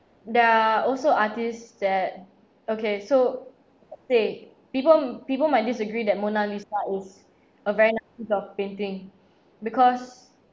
there are also artist that okay so people people might disagree that mona lisa is a very nice piece of painting because